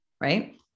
right